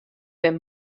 bin